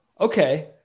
Okay